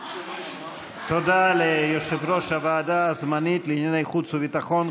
תודה ליושב-ראש הוועדה הזמנית לענייני חוץ וביטחון,